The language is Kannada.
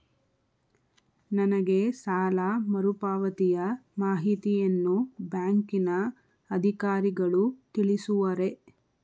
ನನಗೆ ಸಾಲ ಮರುಪಾವತಿಯ ಮಾಹಿತಿಯನ್ನು ಬ್ಯಾಂಕಿನ ಅಧಿಕಾರಿಗಳು ತಿಳಿಸುವರೇ?